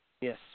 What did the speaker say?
Yes